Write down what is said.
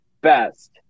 best